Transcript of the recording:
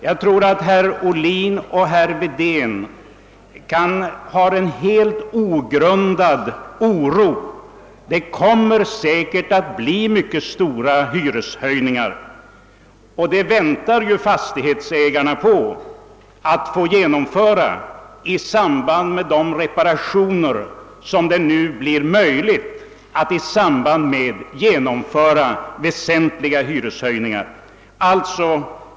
Jag tror att herr Ohlin och herr Wedén hyser en helt ogrundad oro. Vi kommer säkerligen att få mycket stora hyreshöjningar, vilket fastighetsägarna väntar sig att få tillstånd att genomföra i anslutning till de reparationer som kommer att göras.